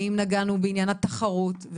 ואם נגענו בעניין התחרות,